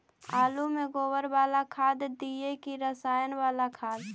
आलु में गोबर बाला खाद दियै कि रसायन बाला खाद?